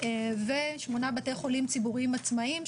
ושמונה בתי חולים ציבוריים עצמאיים,